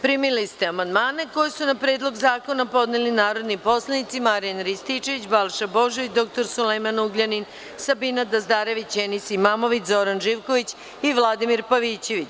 Primili ste amandmane koji su na Predlog zakona podneli narodni poslanici Marijan Rističević, Balša Božović, dr Sulejman Ugljanin, Sabina Dazdarević, Enis Imamović, Zoran Živković i Vladimir Pavićević.